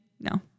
no